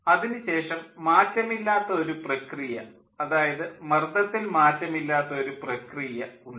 അതിനുശേഷം മാറ്റമില്ലാത്ത ഒരു പ്രക്രിയ അതായത് മർദ്ദത്തിൽ മാറ്റമില്ലാത്ത ഒരു പ്രക്രിയ ഉണ്ട്